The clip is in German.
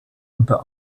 unter